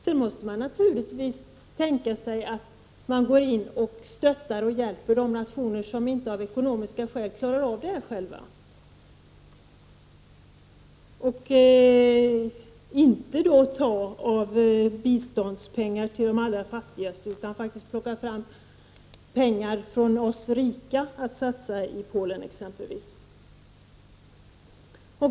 Sedan måste man naturligtvis tänka sig att gå in och stötta och hjälpa de nationer som av ekonomiska skäl inte klarar upp detta själva. Och då skall vi inte ta biståndspengar från de allra fattigaste, utan plocka fram pengar från oss rika och satsa i Polen exempelvis.